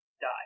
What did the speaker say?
die